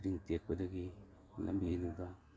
spring ꯇꯦꯛꯄꯗꯒꯤ ꯂꯝꯕꯤꯗꯨꯗ